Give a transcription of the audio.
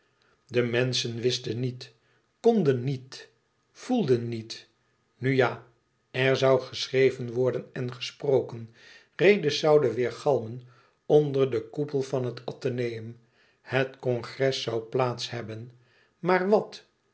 de menschen wisten niet konden niet voelden niet nu ja er zoû geschreven worden en gesproken rede's zouden weêrgalmen onder den koepel van het atheneum het congres zoû plaats hebben maar wat